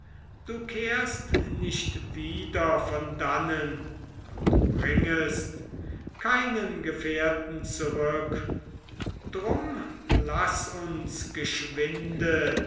du kehrst nicht wieder von dannen und bringest keinen gefährten zurück drum laß uns geschwinde